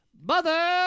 Mother